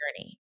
journey